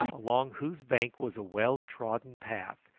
along whose bank was a well-trodden path,